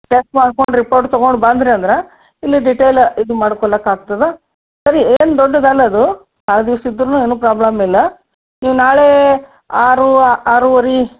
check ಮಾಡ್ಕೊಂಡು report ತೊಗೊಂಡು ಬಂದಿರಿ ಅಂದ್ರೆ ಇಲ್ಲಿ ಡಿಟೇಲ ಇದು ಮಾಡ್ಕೊಳಕ್ಕೆ ಆಗ್ತದೆ ಸರಿ ಏನು ದೊಡ್ಡದು ಅಲ್ಲದು ಭಾಳ ದಿವ್ಸ ಇದ್ರೂ ಏನೂ ಪ್ರಾಬ್ಲಮ್ ಇಲ್ಲ ನೀವು ನಾಳೆ ಆರು ಆರೂವರೆ